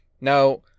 Now